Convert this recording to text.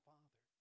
Father